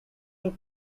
took